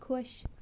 خۄش